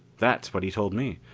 that's what he told me.